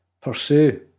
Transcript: pursue